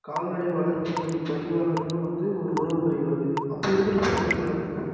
கால்நடை வளர்ப்பு பரிவாளருக்கும் வந்து ஒரு உறவு முறை வருது அப்படி இருக்கிற பட்சத்தில் பார்த்திங்கன்னா